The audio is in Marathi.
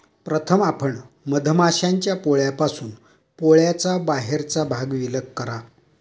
प्रथम आपण मधमाश्यांच्या पोळ्यापासून पोळ्याचा बाहेरचा भाग विलग करा